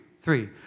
three